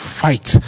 fight